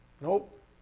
Nope